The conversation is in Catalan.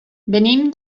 venim